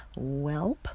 Welp